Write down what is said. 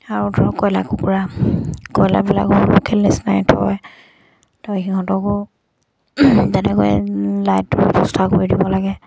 আৰু ধৰক কয়লা কুকুৰা কয়লাৰবিলাকো সিহঁতকো তেনেকৈ লাইটটৰ ব্যৱস্থা কৰি দিব লাগে